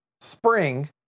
spring